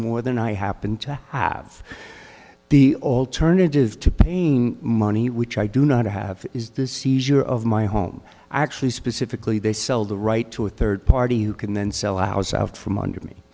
more than i happen to have the alternative to paying money which i do not have is the seizure of my home actually specifically they sell the right to a third party who can then sell ours out from under me